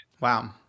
Wow